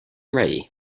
ready